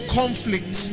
conflict